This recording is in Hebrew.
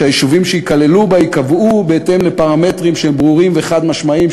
שהיישובים שייכללו בה ייקבעו בהתאם לפרמטרים שהם ברורים וחד-משמעיים,